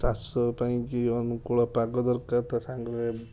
ଚାଷ ପାଇଁ କି ଅନୁକୁଳ ପାଗ ଦରକାର ତା ସାଙ୍ଗରେ